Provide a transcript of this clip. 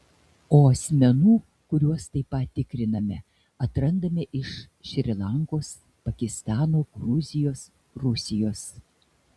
o asmenų kuriuos taip pat tikriname atrandame iš šri lankos pakistano gruzijos rusijos